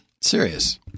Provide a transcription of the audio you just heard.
Serious